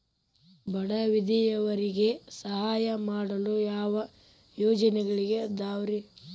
ಬಡ ವಿಧವೆಯರಿಗೆ ಸಹಾಯ ಮಾಡಲು ಯಾವ ಯೋಜನೆಗಳಿದಾವ್ರಿ?